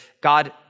God